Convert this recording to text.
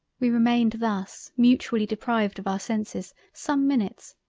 we remained thus mutually deprived of our senses, some minutes,